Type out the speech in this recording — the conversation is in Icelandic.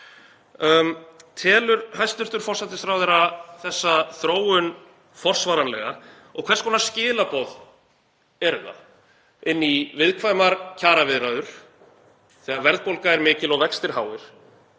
Telur hæstv. forsætisráðherra þessa þróun forsvaranlega og hvers konar skilaboð er það inn í viðkvæmar kjaraviðræður þegar verðbólga er mikil og vextir háir